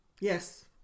yes